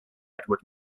edward